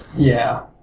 yeah.